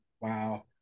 Wow